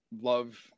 love –